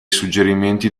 suggerimenti